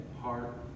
heart